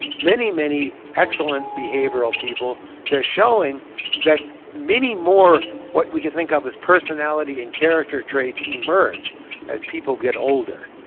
many, many excellent behavioral people, they're showing that many more what we can think of as personality and character traits emerge as people get older